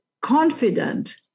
confident